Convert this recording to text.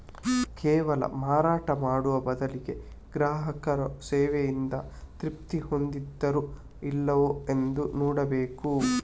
ಕೇವಲ ಮಾರಾಟ ಮಾಡುವ ಬದಲಿಗೆ ಗ್ರಾಹಕರು ಸೇವೆಯಿಂದ ತೃಪ್ತಿ ಹೊಂದಿದಾರೋ ಇಲ್ವೋ ಅಂತ ನೋಡ್ಬೇಕು